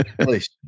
please